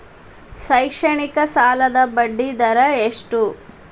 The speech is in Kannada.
ಶೈಕ್ಷಣಿಕ ಸಾಲದ ಬಡ್ಡಿ ದರ ಎಷ್ಟು?